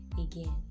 Again